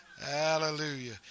Hallelujah